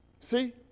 See